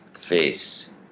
face